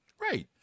Right